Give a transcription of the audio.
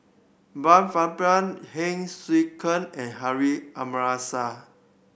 Brian Farrell Heng Swee Keat and Harun Aminurrashid